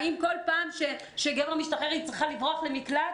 האם בכל פעם שגבר משתחרר היא צריכה לברוח למקלט?